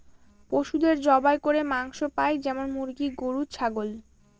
পশুদের জবাই করে মাংস পাই যেমন মুরগি, গরু, ছাগল